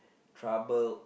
troubled